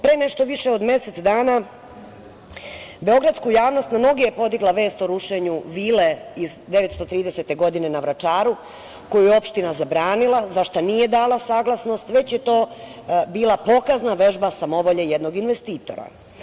Pre nešto više od mesec dana beogradsku javnost na noge je podigla vest o rušenju vile iz 1930. godine na Vračaru, koju je opština zabranila, za šta nije dala saglasnost, već je to bila pokazna vežba samovolje jednog investitora.